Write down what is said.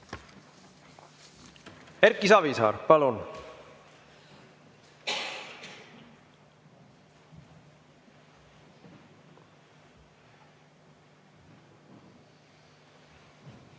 Erki Savisaar, palun!